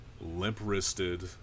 limp-wristed